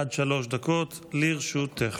עד שלוש דקות לרשותך.